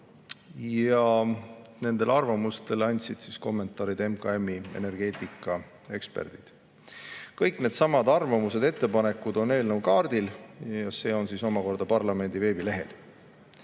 ja nendele arvamustele andsid kommentaarid MKM-i energeetikaeksperdid. Kõik need arvamused ja ettepanekud on olemas eelnõu kaardil ja see on omakorda parlamendi veebilehel.